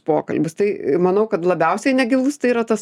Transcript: pokalbis tai manau kad labiausiai negilus tai yra tas